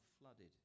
flooded